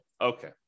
Okay